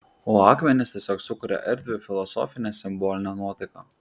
o akmenys tiesiog sukuria erdvią filosofinę simbolinę nuotaiką